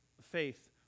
faith